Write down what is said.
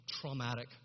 traumatic